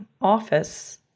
office